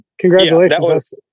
congratulations